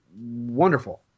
wonderful